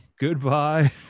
goodbye